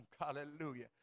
hallelujah